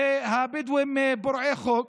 שהבדואים פורעי חוק.